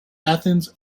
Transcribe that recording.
athens